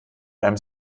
einem